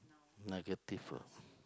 negative ah